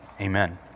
Amen